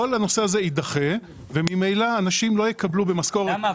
כל הנושא הזה יידחה וממילא אנשים לא יקבלו במשכורת מרץ --- למה,